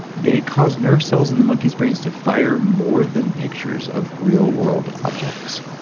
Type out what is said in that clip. they cause nerve cells in the monkeys brains to fire more than pictures of real world objects.